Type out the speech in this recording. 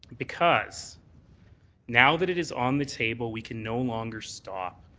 because now that it is on the table, we can no longer stop.